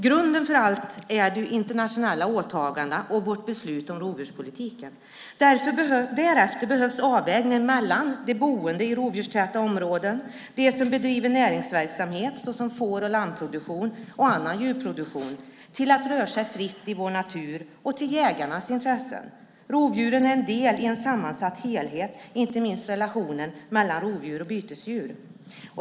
Grunden för allt är de internationella åtagandena och vårt beslut om rovdjurspolitiken. Därefter behövs avvägningen mellan de boende i rovdjurstäta områden, de som bedriver näringsverksamhet såsom får och lammproduktion och annan djurproduktion, de som vill kunna röra sig fritt i vår natur och jägarnas intressen. Rovdjuren är en del i en sammansatt helhet, inte minst relationen mellan rovdjur och bytesdjur.